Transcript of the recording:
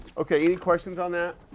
okay, any questions on that?